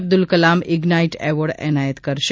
Abdul Kalam ignite award એનાયત કરશે